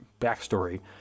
backstory